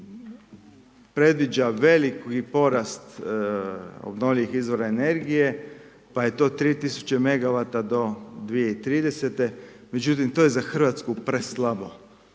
kao predviđa veliki porast obnovljivih izvora energije, pa je to 3000 megawata do 2030. međutim, to je za Hrvatsku preslabo.